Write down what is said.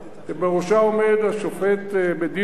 שבראשה עומד השופט בדימוס,